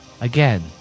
Again